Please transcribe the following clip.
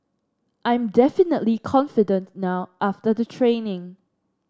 I'm definitely confident now after the training